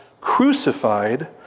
crucified